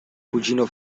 cugino